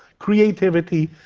creativity,